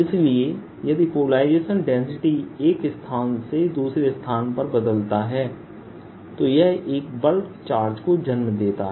इसलिए यदि polarisation density एक स्थान से दूसरे स्थान पर बदलता है तो यह एक बल्क चार्ज को भी जन्म देता है